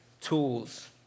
tools